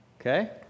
Okay